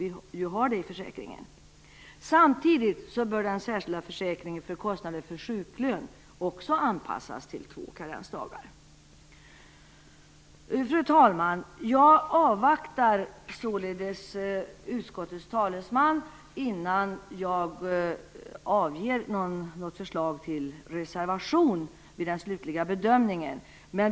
Samtidigt bör den särskilda försäkringen för kostnader för sjuklön anpassas till två karensdagar. Fru talman! Jag avvaktar tills vi hört utskottets talesman innan jag yrkar för en reservation inför den slutliga bedömningen.